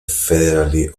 federally